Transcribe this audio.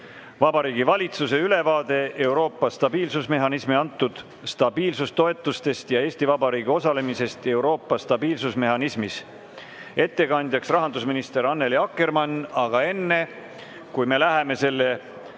Vabariigi Valitsuse ülevaade Euroopa stabiilsusmehhanismi antud stabiilsustoetustest ja Eesti Vabariigi osalemisest Euroopa stabiilsusmehhanismis. Ettekandja on rahandusminister Annely Akkermann. Aga enne, kui me läheme selle